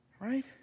Right